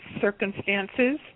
circumstances